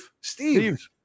Steve